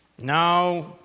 Now